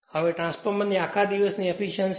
હવે ટ્રાન્સફોર્મરની આખા દિવસની એફીશ્યંસી